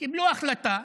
קיבלו החלטה